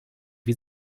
wie